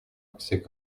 c’est